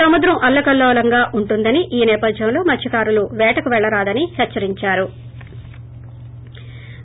సముద్రం అల్లకల్లోలంగా ఉంటుందని ఈ నేపధ్యంలో మత్స్కారులు వేటకు పెళ్లరాదని హెచ్చరించారు